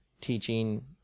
teaching